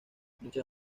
muchas